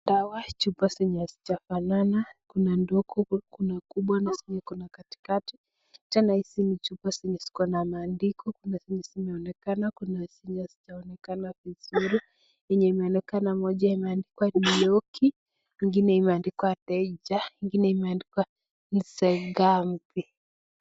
Ni dawa, chupa zenye hazijafanana. Kuna ndogo, kuna kubwa na zenye ziko katikati. Tena hizi ni chupa zenye ziko na maandiko. Kuna zenye zimeonekana, kuna zenye hazijaonekana vizuri. Yenye imeonekana moja imeandikwa Leoki , nyingine imeandikwa Deja , nyingine imeandikwa Nzegambi .